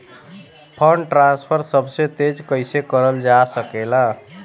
Fund transfer सबसे तेज कइसे करल जा सकेला?